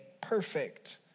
perfect